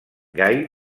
gai